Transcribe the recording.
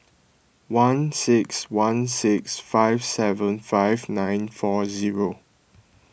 one six one six five seven five nine four zero